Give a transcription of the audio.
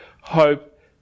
hope